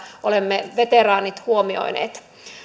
olemme veteraanit huomioineet